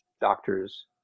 doctors